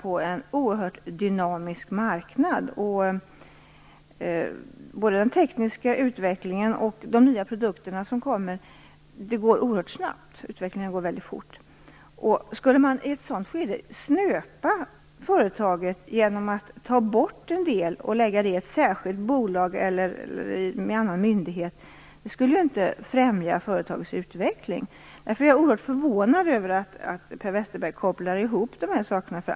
Det går oerhört snabbt både vad gäller den tekniska utvecklingen och de nya produkter som kommer. Utvecklingen går väldigt fort. Att i ett sådant skede snöpa företaget genom att ta bort en del och lägga den i ett särskilt bolag eller på annan myndighet skulle inte främja företagets utveckling. Därför är jag oerhört förvånad över att Per Westerberg kopplar ihop dessa saker.